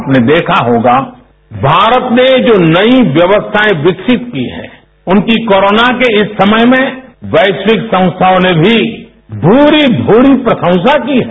आपने देखा होगा भारत ने जो नई व्यवस्थाएं विकसित की हैं उनकी कोरोना के इस समय में वैश्विक संस्थाओं ने भी पूरी पूरी प्रशंसा की है